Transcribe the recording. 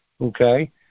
Okay